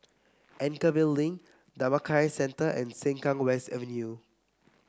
Anchorvale Link Dhammakaya Centre and Sengkang West Avenue